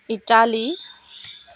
Italy